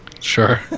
Sure